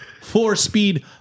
Four-speed